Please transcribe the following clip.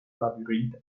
labyrinth